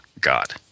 God